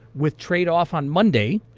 with trade off on monday,